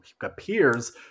appears